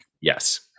Yes